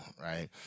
right